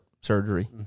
surgery